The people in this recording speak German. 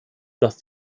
dass